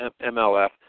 MLF